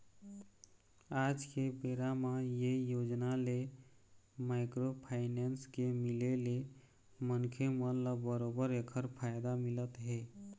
आज के बेरा म ये योजना ले माइक्रो फाइनेंस के मिले ले मनखे मन ल बरोबर ऐखर फायदा मिलत हे